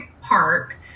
Park